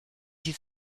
sie